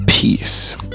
peace